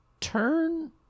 turn